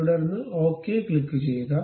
തുടർന്ന് ഓക്കേ ക്ലിക്കുചെയ്യുക